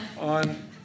on